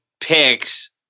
picks